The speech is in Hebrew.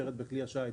שמצטברת בכלי השיט.